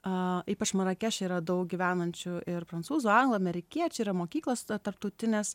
ypač marakeše yra daug gyvenančių ir prancūzų anglų amerikiečių yra mokyklos tarptautinės